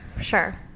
sure